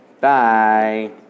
Bye